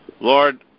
Lord